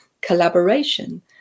collaboration